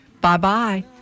Bye-bye